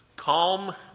Calm